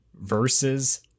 versus